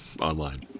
online